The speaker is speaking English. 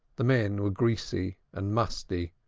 the men were greasy, and musty,